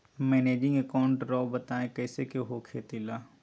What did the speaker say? Managing account राव बताएं कैसे के हो खेती ला?